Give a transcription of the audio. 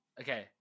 Okay